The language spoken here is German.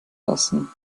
lassen